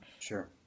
Sure